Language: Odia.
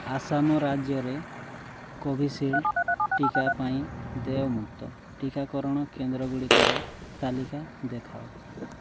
ଆସାମ ରାଜ୍ୟରେ କୋଭିଶିଲ୍ଡ୍ ଟିକା ପାଇଁ ଦେୟମୁକ୍ତ ଟିକାକରଣ କେନ୍ଦ୍ରଗୁଡ଼ିକର ତାଲିକା ଦେଖାଅ